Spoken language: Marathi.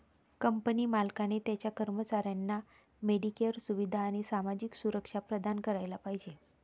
कंपनी मालकाने त्याच्या कर्मचाऱ्यांना मेडिकेअर सुविधा आणि सामाजिक सुरक्षा प्रदान करायला पाहिजे